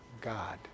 God